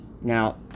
Now